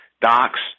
docs